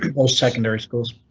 most secondary schools.